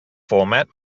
format